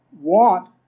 want